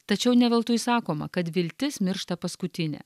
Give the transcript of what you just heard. tačiau ne veltui sakoma kad viltis miršta paskutinė